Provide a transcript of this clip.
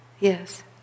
Yes